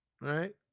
Right